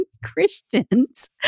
Christians